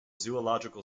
zoological